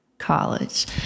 college